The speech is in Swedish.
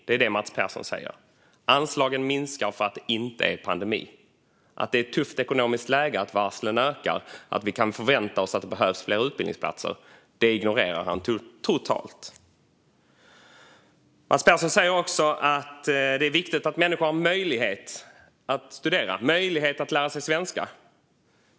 Det är det Mats Persson säger: Anslagen minskar för att det inte är pandemi. Att det är ett tufft ekonomiskt läge, att varslen ökar och att vi kan förvänta oss att det behövs fler utbildningsplatser ignorerar han totalt. Mats Persson säger också att det är viktigt att människor har möjlighet att studera och att lära sig svenska.